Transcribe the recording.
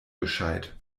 gescheit